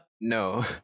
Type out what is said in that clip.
no